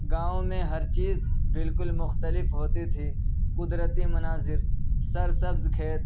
گاؤں میں ہر چیز بالکل مختلف ہوتی تھی قدرتی مناظر سرسبز کھیت